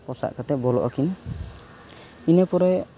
ᱯᱚᱥᱟᱜ ᱠᱟᱛᱮᱫ ᱵᱚᱞᱚᱜ ᱟᱹᱠᱤᱱ ᱤᱱᱟᱹ ᱯᱚᱨᱮ